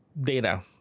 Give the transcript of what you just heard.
data